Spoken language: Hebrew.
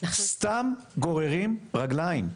סתם גוררים רגליים,